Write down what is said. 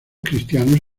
cristianos